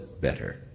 better